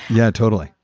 yeah, totally.